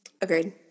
Agreed